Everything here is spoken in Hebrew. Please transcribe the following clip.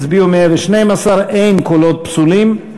הצביעו 112 ואין קולות פסולים.